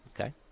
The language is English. Okay